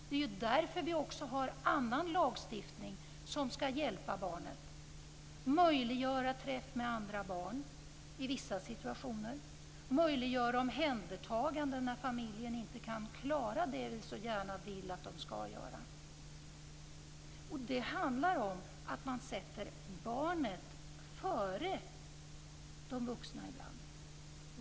Det är därför som vi också har en annan lagstiftning som skall hjälpa barnet, möjliggöra att det får träffa andra barn i vissa situationer och möjliggöra omhändertagande när familjen inte kan klara det vi så gärna vill att den skall göra. Det handlar om att man sätter barnet före de vuxna ibland.